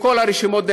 מכל הרשימות,